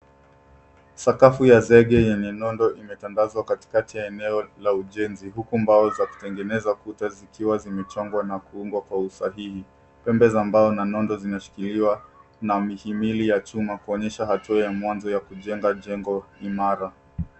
Sakafu ya zege yenye nondo imetandazwa katikati ya eneo la ujenzi huku mbao za kutengeneza kuta zikiwa zimechongwa na kuundwa kwa usahihi. Pembe za mbao na nondo zinashikiliwa na mihimili ya chuma kuonyesha hatua ya mwanzo ya kujenga jengo imara.